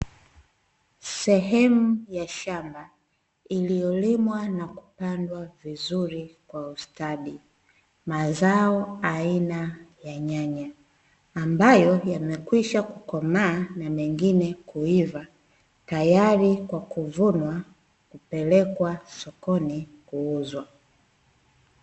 Sehemu ya shamba iliyolimwa na kupandwa vizuri kwa ustadi mazao aina ya nyanya, ambayo yamekwisha kukomaa na mengine kuiva tayari kwa kuvunwa na kupelekwa sokoni kuuzwa.